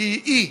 היא אי.